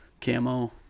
camo